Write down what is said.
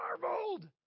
marveled